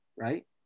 right